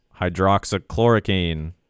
hydroxychloroquine